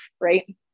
Right